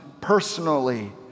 personally